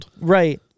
right